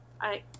I-